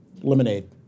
lemonade